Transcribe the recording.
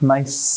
Nice